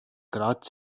grad